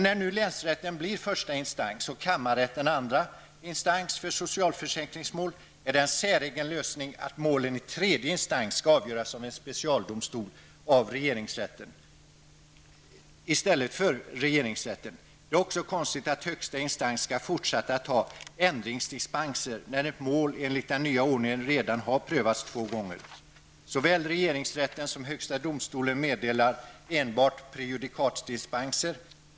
När nu länsrätten blir första instans och kammarrätten andra instans för socialförsäkringsmålen är det en säregen lösning att målen i tredje instans skall avgöras av en specialdomstol, försäkringsöverdomstolen, i stället för av regeringsrätten. Det är också konstigt att högsta instans skall fortsätta att ha ändringsdispenser när ett mål enligt den nya ordningen redan har prövats två gånger. Såväl regeringsrätten som högsta domstolen meddelar enbart prejudikatdispenser.